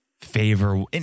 favor